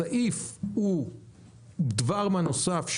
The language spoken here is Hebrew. הסעיף הוא דבר מה נוסף,